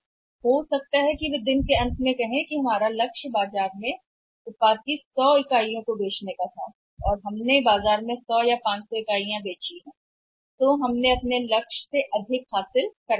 के अंत में हो सकता है दिन वे कहेंगे कि हमारा लक्ष्य उत्पाद की 100 इकाइयों को बेचने के लिए बहुत था बाजार हम बाजार में 100 इकाइयों को बेच चुके हैं 100 500 10 इकाइयों के बाजार में हमारा लक्ष्य खत्म हो गया है बाजार में हासिल किया